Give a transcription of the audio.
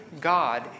God